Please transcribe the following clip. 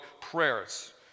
prayers